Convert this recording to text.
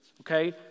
okay